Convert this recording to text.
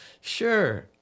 Sure